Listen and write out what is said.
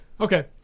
Okay